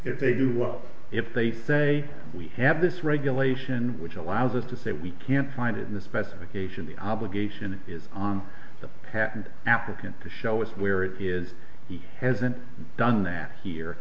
if they do what if they say we have this regulation which allows us to say we can't find it in the specification the obligation is on the patent applicant to show us where it is he hasn't done that here